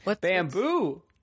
Bamboo